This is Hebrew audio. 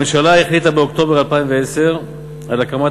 הממשלה החליטה באוקטובר 2010 על הקמת